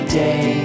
day